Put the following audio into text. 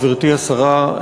גברתי השרה,